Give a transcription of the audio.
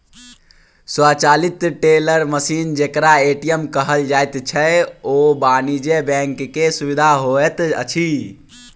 स्वचालित teller machine जेकरा ATM कहल जाइत छै, ओ वाणिज्य बैंक के सुविधा होइत अछि